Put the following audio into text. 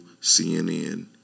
CNN